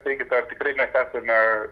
taigi tikrai mes esame